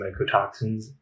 mycotoxins